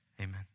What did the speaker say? Amen